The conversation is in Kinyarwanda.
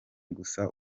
gusa